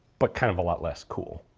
but kind of a lot less cool.